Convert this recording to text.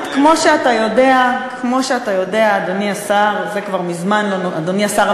כמו שאתה יודע, אדוני השר המיועד,